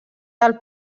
del